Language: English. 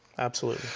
absolutely.